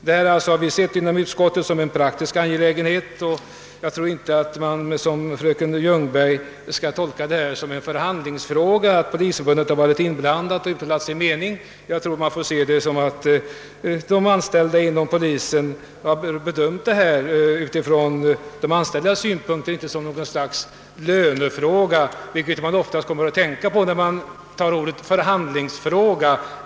Vi har alltså inom utskottet sett det hela som en praktisk åtgärd, och jag tror inte att man, som fröken Ljungberg gjorde, bör tolka den som en förhandlingsfråga bara därför att polisförbundet har fått uttala sin mening. Polisförbundet har visserligen bedömt saken ur de anställdas synpunkter, men jag tror inte att förbundet betraktat den som en lönefråga — något som man möjligen kan få ett intryck av då ärendet beskrivs som en »förhandlingsfråga».